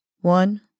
One